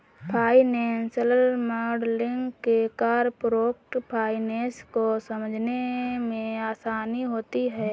financial modelling से corporate finance को समझने में आसानी होती है